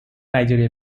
nigeria